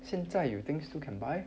现在 you think still can buy